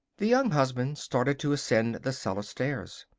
the young husband started to ascend the cellar stairs.